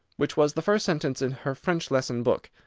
which was the first sentence in her french lesson-book.